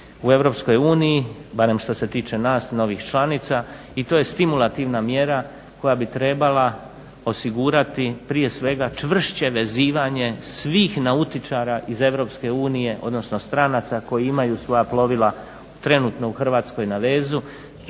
u EU barem što se tiče nas novih članica i to je stimulativna mjera koja bi trebala osigurati prije svega čvršće vezivanje svih nautičara iz EU, odnosno stranaca koji imaju svoja plovila trenutno u Hrvatskoj na vezu